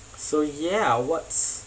so ya what's